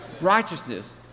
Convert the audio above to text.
Righteousness